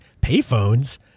payphones